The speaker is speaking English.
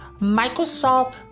Microsoft